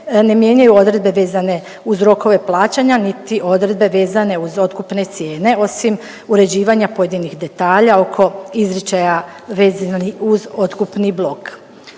ne mijenjaju odredbe vezane uz rokove plaćanja niti odredbe vezane uz otkupne cijene, osim uređivanja pojedinih detalja oko izričaja vezanih uz otkupni blok.